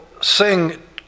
sing